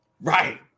Right